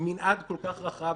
מנעד כל כך רחב.